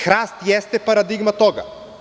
Hrast jeste paradigma toga.